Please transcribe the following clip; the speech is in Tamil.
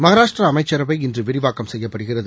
மகாராஷ்டிரா அமைச்சரவை இன்று விரிவாக்கம் செய்யப்படுகிறது